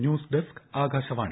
news desk Akashvani